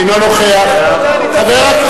אינו נוכח איפה הוא?